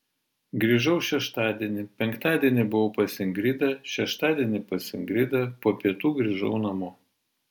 grįžau šeštadienį penktadienį buvau pas ingridą šeštadienį pas ingridą po pietų grįžau namo